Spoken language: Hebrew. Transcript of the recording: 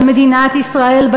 של מדינת ישראל,